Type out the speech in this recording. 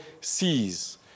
sees